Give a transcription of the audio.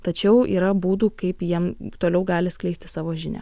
tačiau yra būdų kaip jiem toliau gali skleisti savo žinią